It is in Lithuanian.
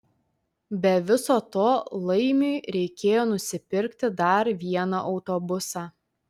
be viso to laimiui reikėjo nusipirkit dar vieną autobusą